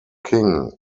king